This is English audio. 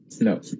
No